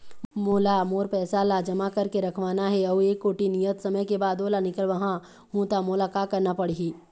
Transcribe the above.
मोला मोर पैसा ला जमा करके रखवाना हे अऊ एक कोठी नियत समय के बाद ओला निकलवा हु ता मोला का करना पड़ही?